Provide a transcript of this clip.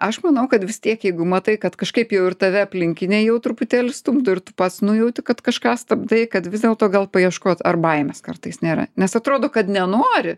aš manau kad vis tiek jeigu matai kad kažkaip jau ir tave aplinkiniai jau truputėlį stumdo ir tu pats nujauti kad kažką stabdai kad vis dėlto gal paieškot ar baimės kartais nėra nes atrodo kad nenori